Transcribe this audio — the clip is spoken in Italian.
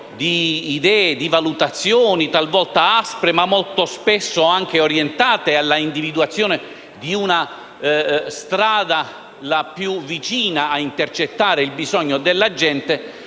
di idee e di valutazioni, talvolta aspre, ma molto spesso orientate all'individuazione della strada più vicina ad intercettare il bisogno della gente.